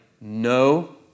no